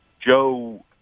Joe